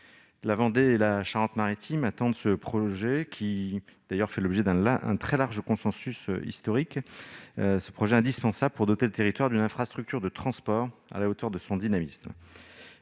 La Vendée et la Charente-Maritime attendent ce projet, qui fait d'ailleurs l'objet d'un très large consensus historique, indispensable pour doter le territoire d'une infrastructure de transport à la hauteur de son dynamisme.